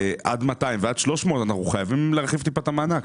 עד 200,000 שקל ועד 300,000 שקל אנחנו חייבים להרחיב את המענק,